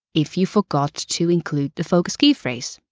if you forgot to include the focus keyphrase.